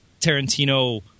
Tarantino